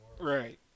Right